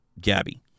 Gabby